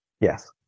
Yes